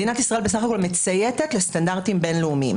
מדינת ישראל בסך הכול מצייתת לסטנדרטים בין-לאומיים.